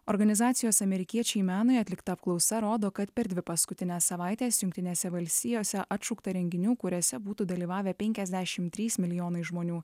organizacijos amerikiečiai menui atlikta apklausa rodo kad per dvi paskutines savaites jungtinėse valstijose atšaukta renginių kuriuose būtų dalyvavę penkiasdešim trys milijonai žmonių